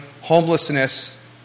homelessness